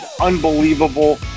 unbelievable